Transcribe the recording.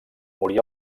morí